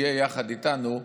יהיה יחד איתנו,